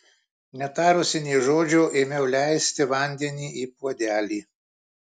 netarusi nė žodžio ėmiau leisti vandenį į puodelį